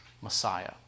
Messiah